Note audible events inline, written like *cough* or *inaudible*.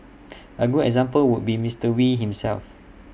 *noise* A good example would be Mister wee himself